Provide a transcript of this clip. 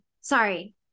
sorry